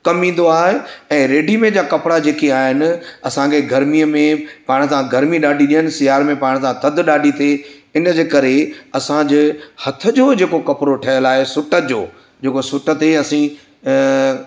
कमु ईंदो आहे ऐं रेडीमेड जा कपिड़ा जेके आहिनि असांखे गर्मीअ में पाइण सां गर्मी ॾाढी ॾियनि सियारे में पाइण सां थधि ॾाढी थिए इन जे करे असांजे हथ जो जेको कपिड़ो ठहियलु आहे सुट जो जेको सुट ते असीं अ